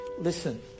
Listen